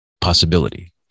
possibility